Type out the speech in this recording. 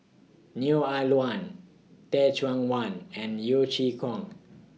Neo Ah Luan Teh Cheang Wan and Yeo Chee Kiong